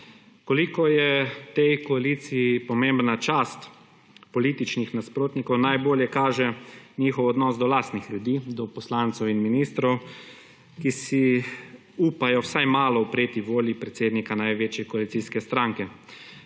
Koliko je tej koaliciji pomembna čast političnih nasprotnikov najbolje kaže njihov odnos do lastnih ljudi, do poslancev in ministrov, ki si upajo vsaj malo upreti volji predsednika največje koalicijske stranke.